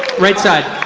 right side.